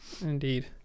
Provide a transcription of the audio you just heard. Indeed